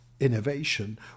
innovation